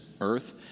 earth